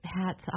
hats